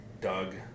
Doug